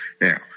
Now